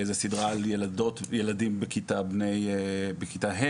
זאת סדרה על ילדים בכיתה ה'.